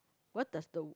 what does the